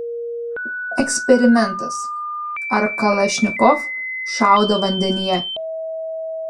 eksperimentas ar kalašnikov šaudo vandenyje